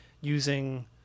using